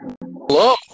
hello